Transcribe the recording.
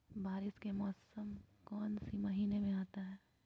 बारिस के मौसम कौन सी महीने में आता है?